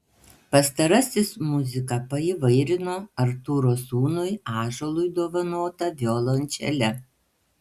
pastarasis muziką paįvairino artūro sūnui ąžuolui dovanota violončele